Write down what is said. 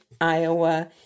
Iowa